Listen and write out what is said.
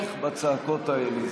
צורך בצעקות האלה.